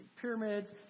pyramids